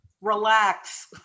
Relax